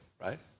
right